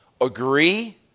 agree